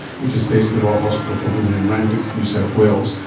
which is based at the royal hospital for women in randwick, new south wales.